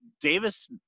Davis